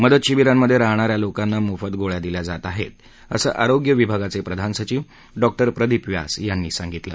मदत शिबीरांमधे राहणा या लोकांना मोफत गोळ्या दिल्या जात आहेत असं आरोग्य विभागाचे प्रधान सचिव डॉक्टर प्रदीप व्यास यांनी सांगितलं